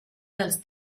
dels